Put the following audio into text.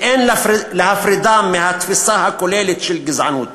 ואין להפרידה מהתפיסה הכוללת של גזענות,